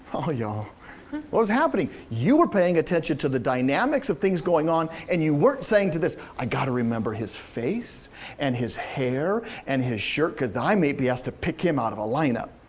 ah y'all. what was happening? you were paying attention to the dynamics of things going on and you weren't saying to this, i gotta remember his face and his hair and his shirt cause i may be asked to pick him out of a lineup.